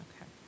Okay